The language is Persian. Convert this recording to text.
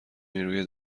نیروی